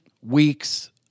weeks